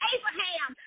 Abraham